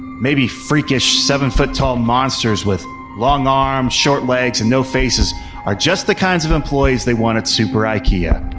maybe freakish, seven foot tall monsters with long arms, short legs and no faces are just the kinds of employees they want at super ikea.